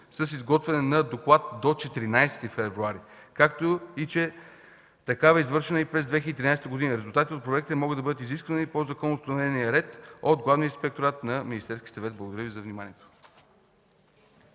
с изготвяне на доклад до 14 февруари, както и че такава е извършена и през 2013 г. Резултатите от проверката могат да бъдат изискани и по законоустановения ред от Главния инспекторат на Министерския съвет. Благодаря за вниманието.